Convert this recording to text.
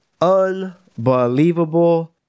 unbelievable